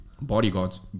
bodyguards